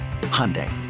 Hyundai